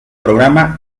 programa